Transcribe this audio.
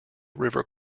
river